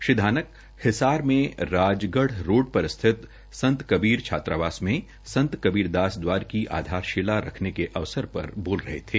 श्री धानक हिसार में राजगढ़ रोड पर स्थित संत कबीर छात्रावास में संत कबीर दास दवार की आधारशिला रखने के अवसर पर बोल रहे थे